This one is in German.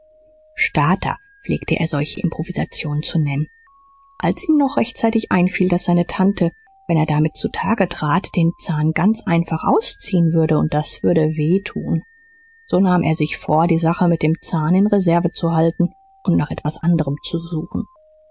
pflegte er eine solche improvisation zu nennen als ihm noch rechtzeitig einfiel daß seine tante wenn er damit zutage trat den zahn ganz einfach ausziehen würde und das würde weh tun so nahm er sich vor die sache mit dem zahn in reserve zu halten und nach etwas anderem zu suchen